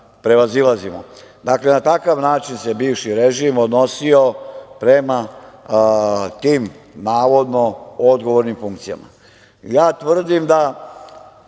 prevazilazimo. Dakle, na takav način se bivši režim odnosio prema tim navodno odgovornim funkcijama. Tvrdim da